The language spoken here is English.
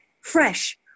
fresh